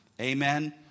Amen